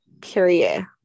period